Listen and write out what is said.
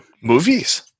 Movies